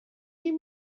you